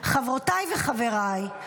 חברותיי וחבריי,